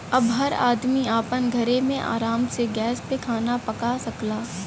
अब हर आदमी आपन घरे मे आराम से गैस पे खाना पका सकला